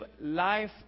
life